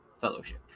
Fellowship